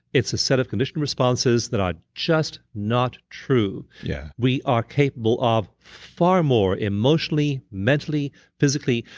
it's a set of conditioned responses that are just not true. yeah we are capable of far more emotionally mentally, physically.